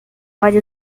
óleo